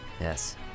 yes